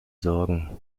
sorgen